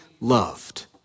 loved